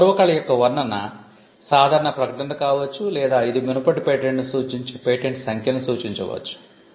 ఈ పూర్వ కళ యొక్క వర్ణన సాధారణ ప్రకటన కావచ్చు లేదా ఇది మునుపటి పేటెంట్ను సూచించే పేటెంట్ సంఖ్యను సూచించ వచ్చు